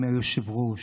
עם היושב-ראש,